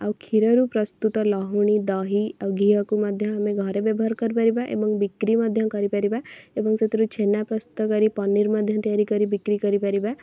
ଆଉ କ୍ଷୀରରୁ ପ୍ରସ୍ତୁତ ଲହୁଣୀ ଦହି ଆଉ ଘିଅକୁ ମଧ୍ୟ ଆମେ ଘରେ ବ୍ୟବହାର କରିପାରିବା ଏବଂ ବିକ୍ରି ମଧ୍ୟ କରିପାରିବା ଏବଂ ସେଥିରୁ ଛେନା ପ୍ରସ୍ତୁତ କରି ପନିର୍ ମଧ୍ୟ ତିଆରି କରି ବିକ୍ରି କରିପାରିବା